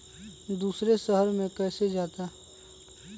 दूसरे शहर मे कैसे जाता?